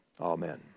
Amen